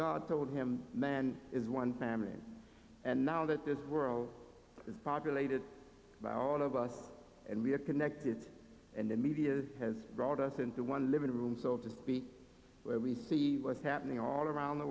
god told him man is one family and now that this world is populated by all of us and we are connected and the media is has brought us into one living room so to speak where we see what's happening all around the